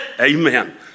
Amen